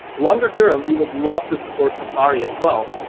longer term, we would love to support safari as well.